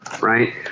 Right